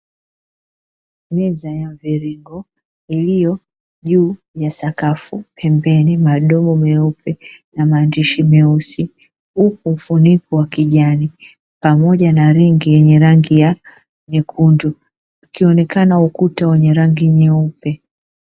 Meza ya mviringo, iliyo juu ya sakafu pembeni madumu meupe, na madishi meusi, huku mfuniko wa kijani pamoja na ringi lenye rangi nyekundu, ukionekana ukuta wenye rangi nyeupe.